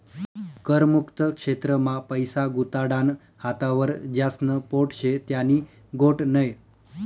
कर मुक्त क्षेत्र मा पैसा गुताडानं हातावर ज्यास्न पोट शे त्यानी गोट नै